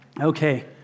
Okay